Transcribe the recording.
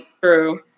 True